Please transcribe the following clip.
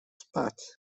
spać